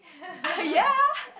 ah ya